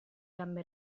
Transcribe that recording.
gambe